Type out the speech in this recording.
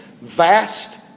vast